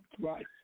Right